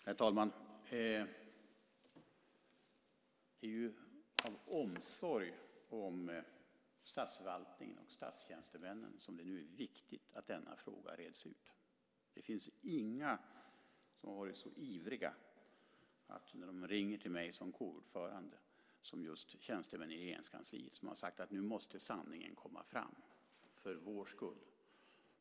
Herr talman! Det är av omsorg om statsförvaltningen och statstjänstemännen som det är viktigt att denna fråga reds ut. Det finns inga som har varit så ivriga när de ringer till mig som KU-ordförande som just tjänstemännen i Regeringskansliet. De har sagt: Nu måste sanningen komma fram för vår skull.